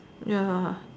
ya